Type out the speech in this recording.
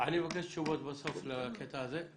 אני מבקש תשובות לקטע הזה.